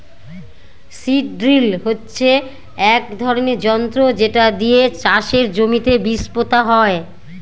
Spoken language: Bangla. সীড ড্রিল হচ্ছে এক ধরনের যন্ত্র যেটা দিয়ে চাষের জমিতে বীজ পোতা হয়